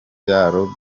byaro